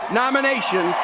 nomination